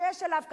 שיש עליו,